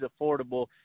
affordable